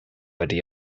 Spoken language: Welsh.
ydy